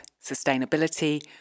sustainability